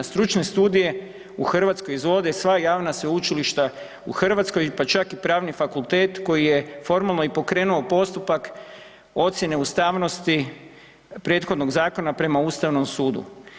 Stručne studije u Hrvatskoj izvode sva javna sveučilišta u Hrvatskoj, pa čak i pravni fakultet koji je formalno i pokrenuo postupak ocjene ustavnosti prethodnog zakona prema Ustavnom sudu.